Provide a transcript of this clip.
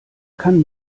kann